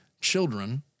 children